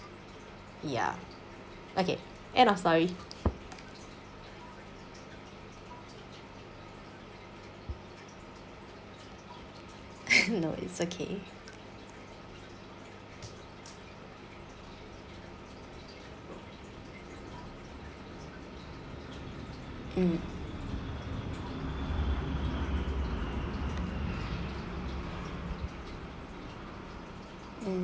ya okay end of story no it's okay mm